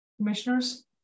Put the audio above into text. Commissioners